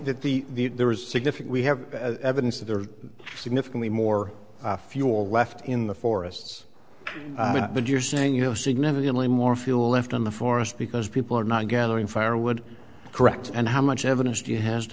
the that the there is significant we have evidence that there are significantly more fuel left in the forests but you're saying you know significantly more fuel left in the forest because people are not gathering firewood correct and how much evidence do you has to